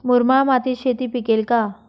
मुरमाड मातीत शेती पिकेल का?